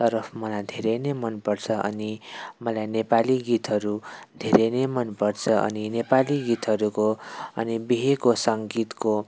तरफ मलाई धेरै नै मनपर्छ अनि मलाई नेपाली गीतहरू धेरै नै मनपर्छ अनि नेपाली गीतहरूको अनि बिहेको सङ्गीतको